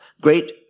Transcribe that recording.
great